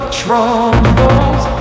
troubles